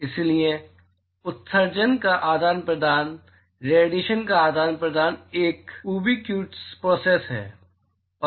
इसलिए उत्सर्जन का आदान प्रदान रेडिएशन का आदान प्रदान एक उबिकुइटस प्रोसेस है रेडिएशन का आदान प्रदान उबिकुइटस है